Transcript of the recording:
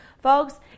Folks